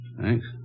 Thanks